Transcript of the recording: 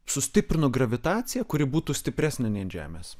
sustiprinu gravitaciją kuri būtų stipresnė nei ant žemės